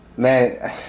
Man